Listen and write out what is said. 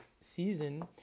season